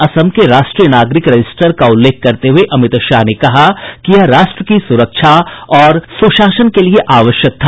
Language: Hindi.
असम के राष्ट्रीय नागरिक रजिस्टर का उल्लेख करते हुए अमित शाह ने कहा कि यह राष्ट्र की सुरक्षा और सुशासन के लिए आवश्यक था